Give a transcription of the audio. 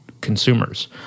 consumers